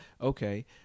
okay